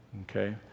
Okay